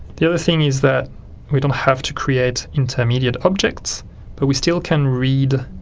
the other thing is that we don't have to create intermediate objects but we still can read